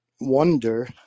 wonder